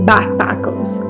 Backpackers